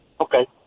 Okay